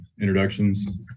introductions